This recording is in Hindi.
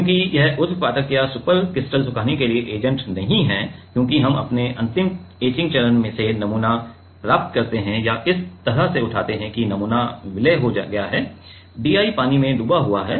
क्योंकि यह ऊध्र्वपातक या सुपरक्रिटिकल सुखाने के लिए एजेंट नहीं है क्योंकि हम अपने अंतिम एचिंग चरण से नमूना प्राप्त करते हैं या इस तरह से उठाते हैं कि नमूना विलय हो गया है DI पानी में डूबा हुआ है